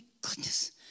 goodness